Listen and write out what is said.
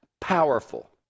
powerful